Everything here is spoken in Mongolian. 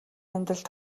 амьдралд